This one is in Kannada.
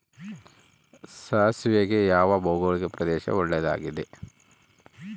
ಸಾಸಿವೆಗೆ ಯಾವ ಭೌಗೋಳಿಕ ಪ್ರದೇಶ ಒಳ್ಳೆಯದಾಗಿದೆ?